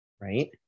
right